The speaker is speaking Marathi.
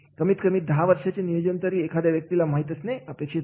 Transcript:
कमीत कमी दहा वर्षांचे नियोजन तरी एखाद्या व्यक्तीला माहीत असणे अपेक्षित आहे